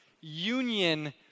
union